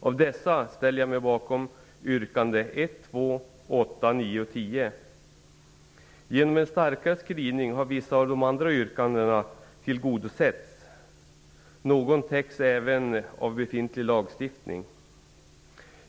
Av dessa ställer jag mig bakom yrkandena 1, 2, 8, 9 och 10. Genom en starkare skrivning har vissa av de andra yrkandena tillgodosetts. Någon täcks även av befintlig lagstiftning.